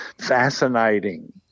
fascinating